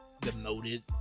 demoted